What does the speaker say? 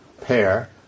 pair